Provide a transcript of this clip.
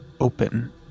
open